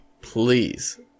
Please